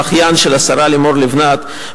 האחיין של השרה לימור לבנת,